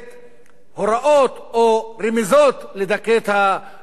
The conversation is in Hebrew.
הוראות או רמיזות לדכא את המחאה הזו,